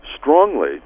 strongly